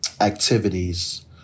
activities